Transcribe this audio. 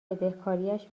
بدهکاریش